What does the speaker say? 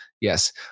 Yes